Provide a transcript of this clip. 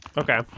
Okay